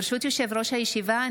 ברשות יושב-ראש הישיבה,